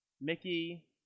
Mickey